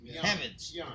heavens